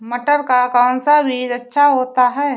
मटर का कौन सा बीज अच्छा होता हैं?